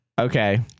okay